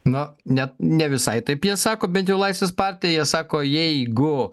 na net ne visai taip jie sako bent jau laisvės partija jie sako jeigu